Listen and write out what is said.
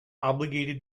obligated